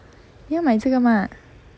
要买你在干嘛